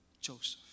Joseph